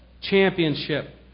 Championship